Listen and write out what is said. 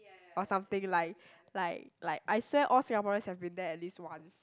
or something like like like I swear all Singaporeans have been there at least once